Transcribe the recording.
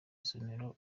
isomero